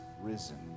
risen